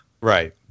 Right